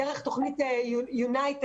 דרך תוכנית יונייטד,